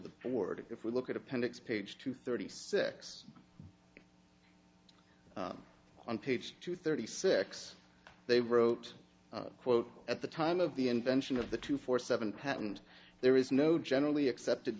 the board if we look at appendix page two thirty six on page two thirty six they wrote quote at the time of the invention of the two four seven patent there is no generally accepted